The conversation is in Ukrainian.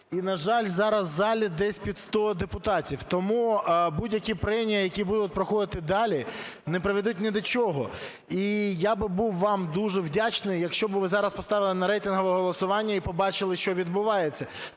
І, на жаль, зараз у залі десь під 100 депутатів. Тому будь-які пренія, які будуть проходити далі, не приведуть ні до чого. І я би був вам дуже вдячний, якщо б ви зараз поставили на рейтингове голосування і побачили, що відбувається.